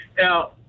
Now